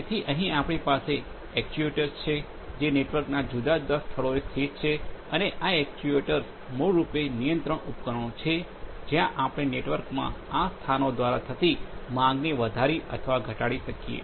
તેથી અહીં આપણી પાસે એક્ટ્યુએટર્સ છે જે નેટવર્કના જુદા જુદા સ્થળોએ સ્થિત છે અને આ એક્ટ્યુએટર્સ મૂળરૂપે નિયંત્રણ ઉપકરણો છે જ્યાં આપણે નેટવર્કમાં આ સ્થાનો દ્વારા થતી માંગને વધારી અથવા ઘટાડી શકીએ